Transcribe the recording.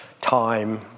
time